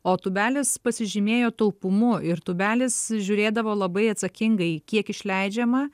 o tūbelis pasižymėjo taupumu ir tūbelis žiūrėdavo labai atsakingai kiek išleidžiama